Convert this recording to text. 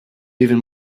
even